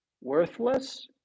worthless